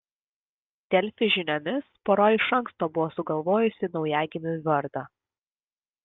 delfi žiniomis pora iš anksto buvo sugalvojusi naujagimiui vardą